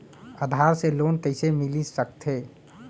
आधार से लोन कइसे मिलिस सकथे?